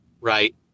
right